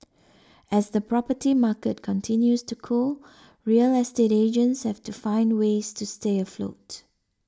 as the property market continues to cool real estate agents have to find ways to stay afloat